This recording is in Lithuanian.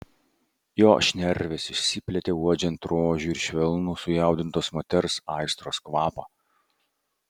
jo šnervės išsiplėtė uodžiant rožių ir švelnų sujaudintos moters aistros kvapą